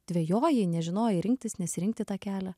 dvejojai nežinojai rinktis nesirinkti tą kelią